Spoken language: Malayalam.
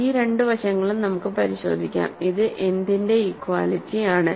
ഈ രണ്ട് വശങ്ങളും നമുക്ക് പരിശോധിക്കാം ഇത് എന്തിന്റെ ഇക്വാലിറ്റി ആണ്